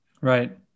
Right